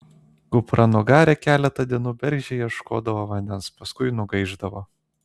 kupranugarė keletą dienų bergždžiai ieškodavo vandens paskui nugaišdavo